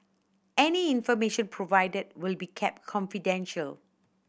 any information provided will be kept confidential